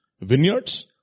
Vineyards